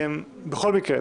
בכל מקרה,